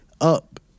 up